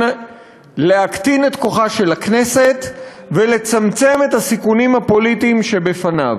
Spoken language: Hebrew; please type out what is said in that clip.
להקטין את כוחה של הכנסת ולצמצם את הסיכונים הפוליטיים שבפניו.